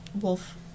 wolf